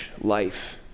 life